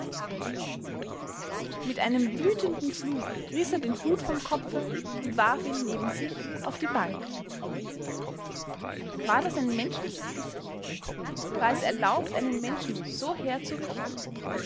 mit einem wütenden fluch riß er den hut vom kopfe und warf ihn neben sich auf die bank war das ein menschliches gesicht war es erlaubt einen menschen so herzurichten